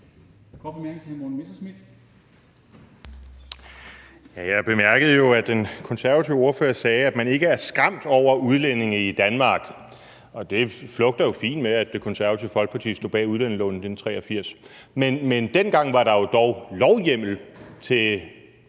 Jeg bemærkede jo, at den konservative ordfører sagde, at man ikke er skræmt over udlændinge i Danmark, og det flugter jo fint med, at det Konservative Folkeparti stod bag udlændingeloven i 1983. Men dengang var der dog en lovhjemmel til